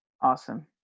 Awesome